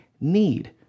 need